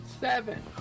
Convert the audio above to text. Seven